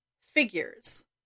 figures